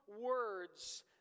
words